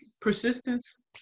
persistence